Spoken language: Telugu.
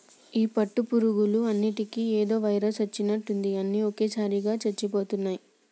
ఈ పట్టు పురుగులు అన్నిటికీ ఏదో వైరస్ వచ్చినట్టుంది అన్ని ఒకేసారిగా చచ్చిపోతున్నాయి